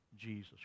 Jesus